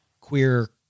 queer